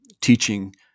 teaching